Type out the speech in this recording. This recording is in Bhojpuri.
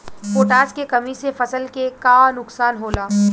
पोटाश के कमी से फसल के का नुकसान होला?